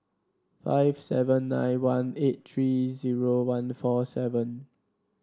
five seven nine one eight three zero one four seven